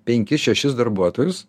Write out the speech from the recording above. penkis šešis darbuotojus